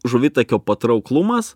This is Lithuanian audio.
žuvitakio patrauklumas